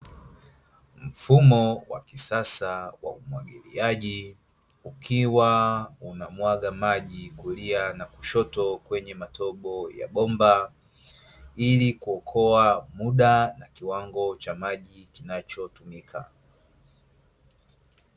Mfumo wa kisasa wa umwagiliaji ukiwa una mwaga maji kulia na kushoto kwenye matobo ya bomba ili kuokoa muda na kiwango cha maji kinachotumika.